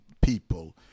people